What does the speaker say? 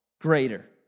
greater